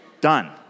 Done